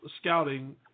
scouting